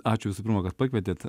ačiū visų pirma kad pakvietėt